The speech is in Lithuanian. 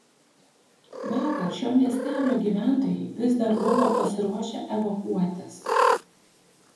vakar šio miestelio gyventojai vis dar buvo pasiruošę evakuotis